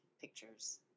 pictures